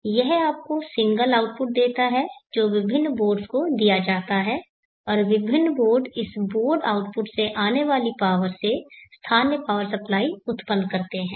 तो यह आपको सिंगल आउटपुट देता है जो विभिन्न बोर्ड्स को दिया जाता है और विभिन्न बोर्ड इस बोर्ड आउटपुट से आने वाली पावर से स्थानीय पावर सप्लाई उत्पन्न करते हैं